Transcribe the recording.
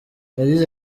yagize